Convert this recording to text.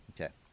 Okay